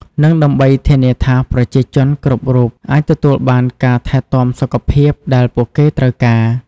និងដើម្បីធានាថាប្រជាជនគ្រប់រូបអាចទទួលបានការថែទាំសុខភាពដែលពួកគេត្រូវការ។